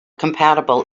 compatible